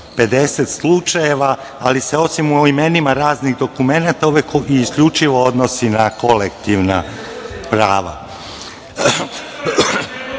50 slučajeva, ali se osim u imenima raznih dokumenata, uvek se i gotovo isključivo odnosi na kolektivna prava.I